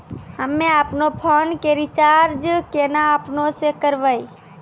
हम्मे आपनौ फोन के रीचार्ज केना आपनौ से करवै?